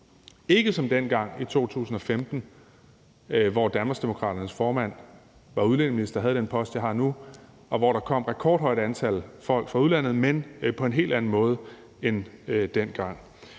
ikke som dengang i 2015, hvor Danmarksdemokraternes formand var udlændinge- og integrationsminister og havde den post, som jeg har nu, og hvor der kom et rekordhøjt antal folk fra udlandet. Men det er på en helt anden måde end dengang.